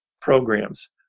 programs